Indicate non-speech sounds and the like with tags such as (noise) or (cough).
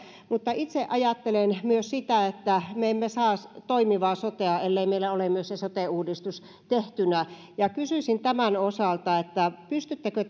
mutta itse ajattelen myös että me emme saa toimivaa sotea ellei meillä ole myös se sote uudistus tehtynä kysyisin tämän osalta pystyttekö (unintelligible)